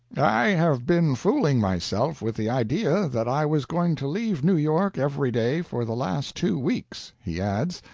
i have been fooling myself with the idea that i was going to leave new york every day for the last two weeks, he adds,